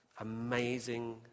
amazing